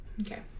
okay